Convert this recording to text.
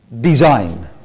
design